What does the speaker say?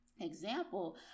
example